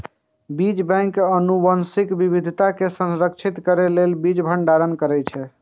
बीज बैंक आनुवंशिक विविधता कें संरक्षित करै लेल बीज भंडारण करै छै